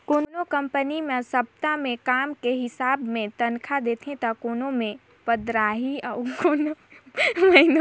कोनो कंपनी मे सप्ता के काम के हिसाब मे तनखा देथे त कोनो मे पंदराही अउ कोनो मे महिनोरी